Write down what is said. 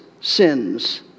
sins